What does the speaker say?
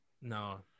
No